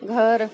घर